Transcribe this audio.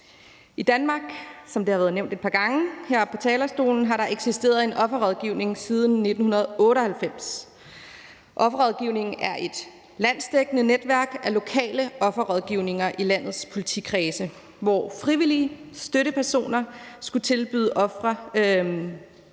I Danmark har der, som det har været nævnt et par gange heroppe fra talerstolen, eksisteret en offerrådgivning siden 1998. Offerrådgivningen er et landsdækkende netværk af lokale offerrådgivninger i landets politikredse, hvor frivillige støttepersoner skulle tilbyde ofre